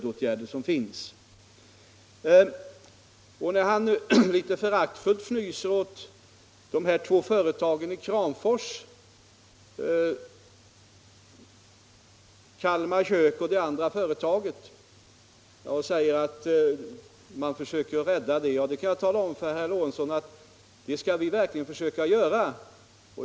När han litet föraktfullt fnyser åt de här två företagen i Kramfors — det ena är Kalmar Kök — och säger att man försöker rädda dem, så kan jag tala om för herr Lorentzon att det skall vi verkligen försöka göra.